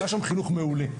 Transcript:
והיה שם חינוך מעולה,